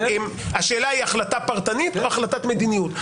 השאלה היא החלטה פרטנית או החלטת מדיניות.